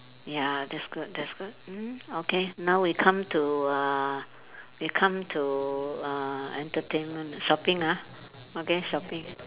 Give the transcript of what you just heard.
ya that's good that's good mm okay now we come to uh we come to uh entertainment shopping ah okay shopping